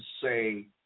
say